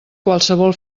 qualsevol